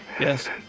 yes